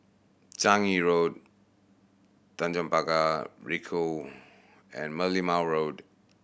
Changi Road Tanjong Pagar Ricoh and Merlimau Road